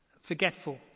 forgetful